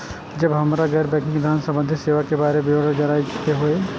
जब हमरा गैर बैंकिंग धान संबंधी सेवा के बारे में विवरण जानय के होय?